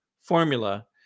formula